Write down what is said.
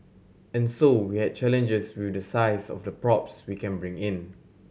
and so we had challenges with the size of the props we can bring in